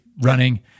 running